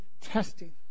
testing